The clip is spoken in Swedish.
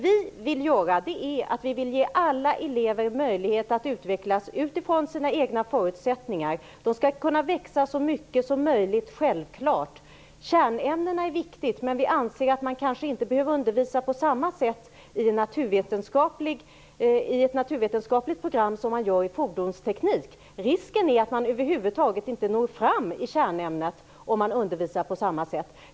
Vi vill ge alla elever möjlighet att utvecklas utifrån sina egna förutsättningar. Eleverna skall självklart kunna växa så mycket som möjligt, och kärnämnena är viktiga. Men vi anser att man kanske inte inom ett naturvetenskapligt program behöver undervisa som man gör i fordonsteknik. Risken är ju att man över huvud taget inte når fram i kärnämnet om undervisningen sker på samma sätt för alla.